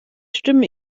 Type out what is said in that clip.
stimmen